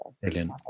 Brilliant